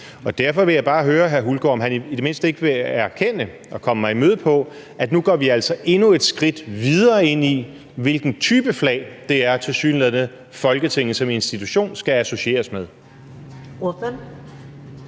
i. Derfor vil jeg bare høre hr. Hulgaard, om han i det mindste ikke vil erkende og komme mig i møde på, at vi altså nu går endnu et skridt videre ind i, hvilken type flag det tilsyneladende er, Folketinget som institution skal associeres med.